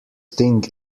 thing